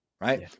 right